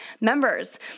members